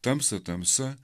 tamsą tamsa